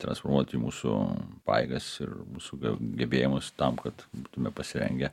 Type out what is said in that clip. transformuoti mūsų pajėgas ir mūsų gebėjimus tam kad būtume pasirengę